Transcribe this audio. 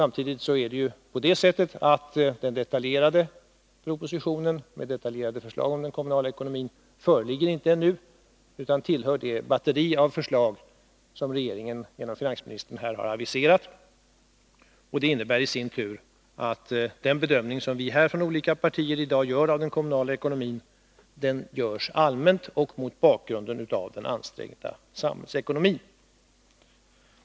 Men ännu föreligger inte propositionen med detaljerade förslag om den kommunala ekonomin, utan den tillhör det batteri av förslag som regeringen genom finansministern här har aviserat. Det innebär i sin tur att den bedömning som vi från olika partier i dag gör av den kommunala ekonomin sker allmänt och mot bakgrund av den ansträngda samhällsekonomin.